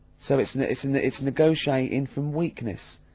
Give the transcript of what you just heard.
so it's, and it's and it's negotiating from weakness.